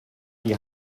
die